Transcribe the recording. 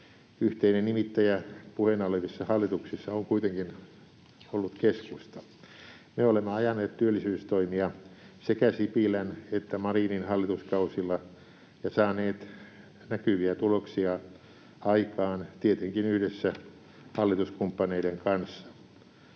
Yhteinen nimittäjä puheena olevissa hallituksissa on kuitenkin ollut keskusta. Me olemme ajaneet työllisyystoimia sekä Sipilän että Marinin hallituskausilla ja saaneet näkyviä tuloksia aikaan, tietenkin yhdessä hallituskumppaneiden kanssa.